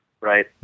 right